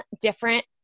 different